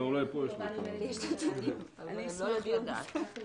לא, שיטור קהילתי זה לא --- אני אשמח לדעת.